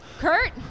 Kurt